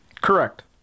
correct